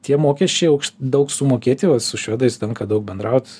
tie mokesčiai aukš daug sumokėti va su švedais tenka daug bendraut